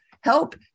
help